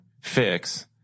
fix